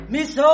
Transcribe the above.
Miss